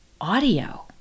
audio